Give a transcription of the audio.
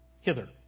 hither